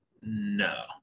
No